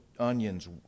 onions